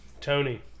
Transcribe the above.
Tony